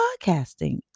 podcasting